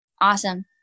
Awesome